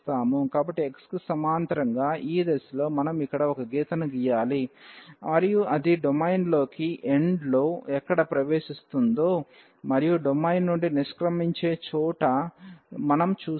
కాబట్టి x కి సమాంతరంగా ఈ దిశలో మనం ఇక్కడ ఒక గీతను గీయాలి మరియు అది డొమైన్లోకి ఎక్కడ ప్రవేశిస్తుందో మరియు డొమైన్ నుండి నిష్క్రమించే చోట మనం చూశాము